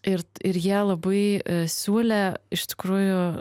ir ir jie labai siūlė iš tikrųjų